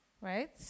right